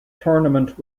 tournament